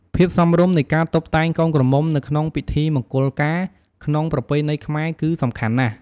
ភាពសមរម្យនៃការតុបតែងកូនក្រមុំនៅក្នុងពិធីមង្គលការក្នុងប្រពៃណីខ្មែរគឺសំខាន់ណាស់។